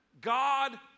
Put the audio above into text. God